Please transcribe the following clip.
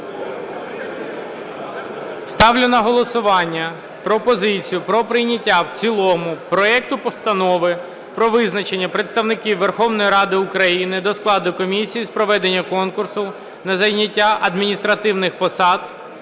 Ставлю на голосування пропозицію про прийняття в цілому проекту Постанови про визначення представників Верховної Ради України до складу комісії з проведення конкурсу на зайняття адміністративних посад